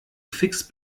fix